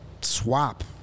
swap